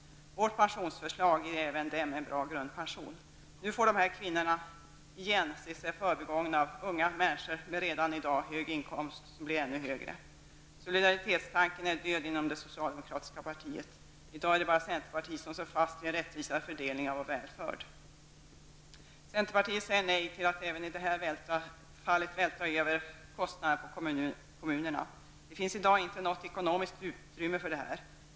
Vårt pensionsförslag ger även dem en bra grundpension. Nu får dessa kvinnor igen se sig förbigångna av unga människor med redan i dag hög inkomst som blir ännu högre. Solidaritetstanken är död inom det socialdemokratiska partiet. I dag är det bara centerpartiet som står fast vid kravet på en rättvisare fördelning av vår välfärd. Centerpartiet säger också nej till att även i detta fall vältra över kostnaderna på kommunerna. Det finns i dag inte något ekonomiskt utrymme för detta.